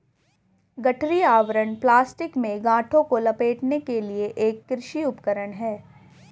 गठरी आवरण प्लास्टिक में गांठों को लपेटने के लिए एक कृषि उपकरण है